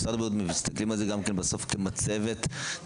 במשרד הבריאות מסתכלים על זה כמצבת כללית,